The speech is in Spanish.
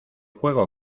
juego